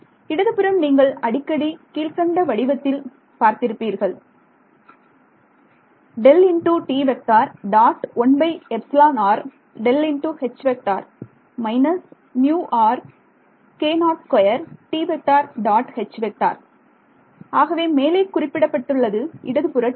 இடதுபுறம் நீங்கள் அடிக்கடி கீழ்க்கண்ட வடிவத்தில் பார்த்திருப்பீர்கள் ஆகவே மேலே குறிப்பிடப்பட்டுள்ளது இடதுபுற டேர்ம்